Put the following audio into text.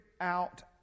out